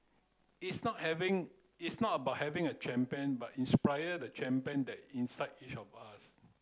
it's not having it's not about having a champion but inspiring the champion that inside each of us